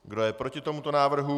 Kdo je proti tomuto návrhu?